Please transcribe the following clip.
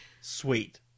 sweet